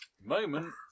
moment